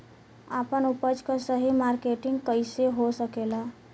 आपन उपज क सही मार्केटिंग कइसे हो सकेला?